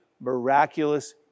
miraculous